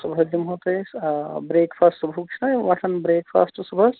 صُبحَس دِمہو تۄہہِ أسۍ آ برٛیکفاسٹ صُبحُک چھُنا وۄتھان برٛیکفاسٹ صُبحَس